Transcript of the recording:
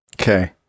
Okay